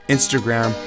Instagram